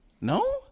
No